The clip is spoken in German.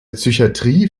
psychatrie